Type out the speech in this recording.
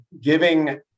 giving